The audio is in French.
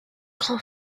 grand